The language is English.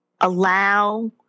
allow